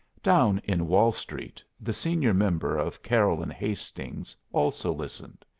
down in wall street the senior member of carroll and hastings also listened.